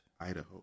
Idaho